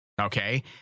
Okay